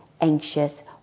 anxious